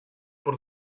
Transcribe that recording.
por